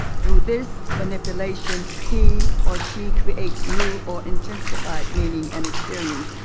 through this manipulation he or she creates new or intensified meaning and experience.